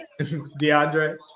DeAndre